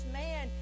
man